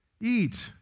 eat